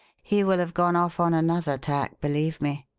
he will have gone off on another tack, believe me.